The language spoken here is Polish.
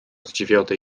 zdziwiony